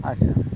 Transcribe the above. ᱟᱨ ᱥᱮ